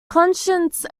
conscience